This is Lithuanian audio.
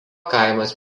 kaimas